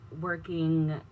working